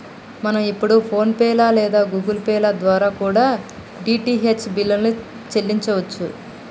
మనం ఇప్పుడు PhonePe లేదా గుగుల్ పే ల ద్వారా కూడా డీ.టీ.హెచ్ బిల్లుల్ని చెల్లించచ్చు